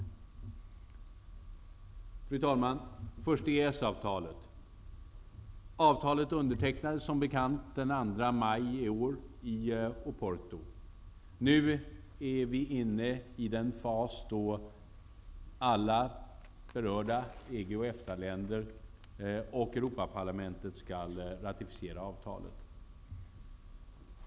Fru talman! Först EES-avtalet: Avtalet undertecknades som bekant den 2 maj i år i Oporto. Nu är vi inne i den fas då alla berörda EG och EFTA-länder och Europaparlamentet skall ratificera avtalet.